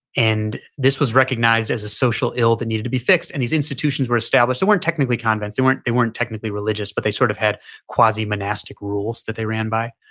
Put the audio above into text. and this was recognized as a social ill that needed to be fixed. and these institutions were established, they weren't technically convents, they weren't they weren't technically religious, but they sort of had quasi monastic rules that they ran by,